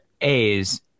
A's